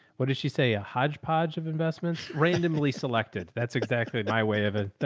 what did she say? a hodgepodge of investments randomly selected. that's exactly my way of ah